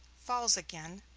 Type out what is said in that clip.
falls again,